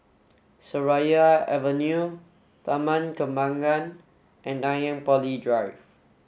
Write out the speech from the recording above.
Seraya Avenue Taman Kembangan and Nanyang Poly Drive